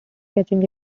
catching